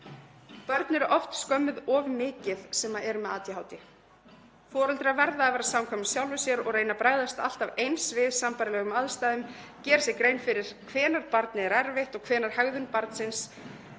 Börn eru oft skömmuð of mikið. Foreldrar verða að vera samkvæmir sjálfum sér og reyna að bregðast alltaf eins við sambærilegum aðstæðum, gera sér grein fyrir hvenær barnið er erfitt og hvenær hegðun barnsins